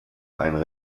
einen